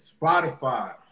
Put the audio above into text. Spotify